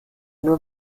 nur